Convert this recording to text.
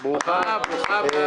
ברוכה הבאה והצלחה גדולה.